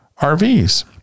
RVs